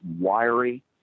wiry